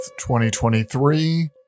2023